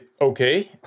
okay